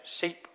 sheep